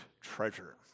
treasure